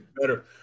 better